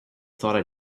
thought